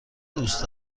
دوست